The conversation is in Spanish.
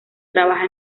trabaja